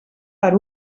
per